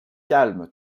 calme